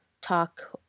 talk